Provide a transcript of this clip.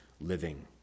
living